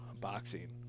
boxing